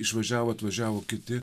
išvažiavo atvažiavo kiti